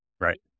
Right